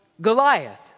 Goliath